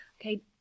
okay